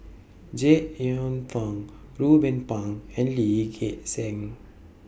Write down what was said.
Jek Yeun Thong Ruben Pang and Lee Gek Seng